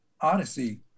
Odyssey